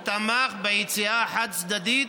הוא תמך ביציאה חד-צדדית,